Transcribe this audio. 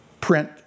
print